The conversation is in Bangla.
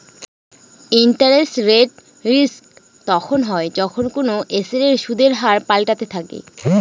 ইন্টারেস্ট রেট রিস্ক তখন হয় যখন কোনো এসেটের সুদের হার পাল্টাতে থাকে